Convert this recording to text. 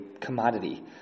commodity